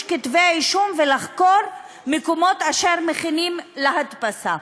כתבי-אישום ולחקור מקומות אשר מכינים להדפסה.